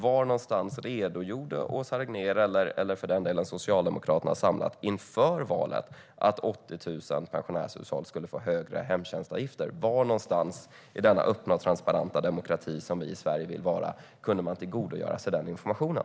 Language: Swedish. Var någonstans redogjorde Åsa Regnér eller Socialdemokraterna samlat inför valet att 80 000 pensionärshushåll skulle få högre hemtjänstavgifter? Var någonstans i den öppna och transparenta demokrati som Sverige vill vara kunde man tillgodogöra sig denna information?